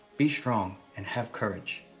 be strong and have courage.